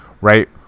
right